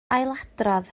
ailadrodd